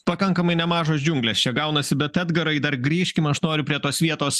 pakankamai nemažos džiunglės čia gaunasi bet edgarai dar grįžkim aš noriu prie tos vietos